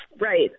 Right